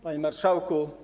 Panie Marszałku!